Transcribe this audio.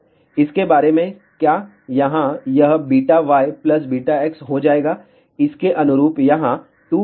इस के बारे में क्या यहां यह βy βx हो जाएगा इसके अनुरूप यहां 2 βx βy हो जाएगा